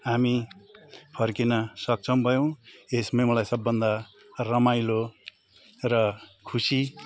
हामी फर्किन सक्षम भयौँ यसमै मलाई सबभन्दा रमाइलो र खुसी